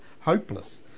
hopeless